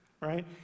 right